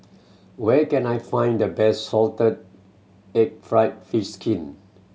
where can I find the best salted egg fried fish skin